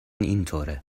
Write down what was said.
اینطوره